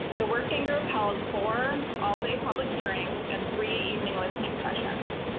they're working or ah policy for all the public hearings and three evening listening sessions.